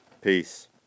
Peace